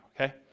Okay